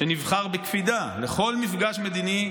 שנבחר בקפידה לכל מפגש מדיני,